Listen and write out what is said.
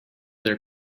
their